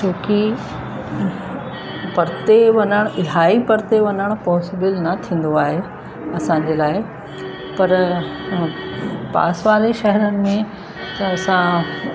छो कि परिते वञणु इलाही परिते वञण पॉसिबल न थींदो आहे असांजे लाइ पर पास वारे शहरनि में त असां